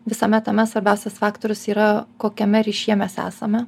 visame tame svarbiausias faktorius yra kokiame ryšyje mes esame